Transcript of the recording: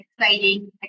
exciting